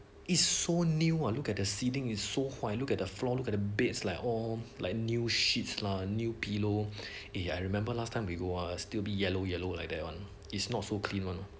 is so new ah look at the ceiling is so white look at a floor look at the beds all like new sheets lah new pillow eh I remember last time we go are still be yellow yellow like that one is not so clean one